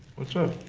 what's up?